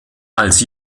als